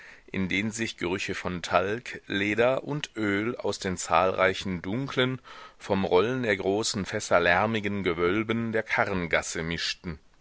in den sich gerüche von talg leder und öl aus den zahlreichen dunklen vom rollen der großen fässer lärmigen gewölben der karren gasse mischten